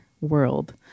world